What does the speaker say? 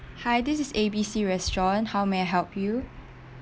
hi this is A B C restaurant how may I help you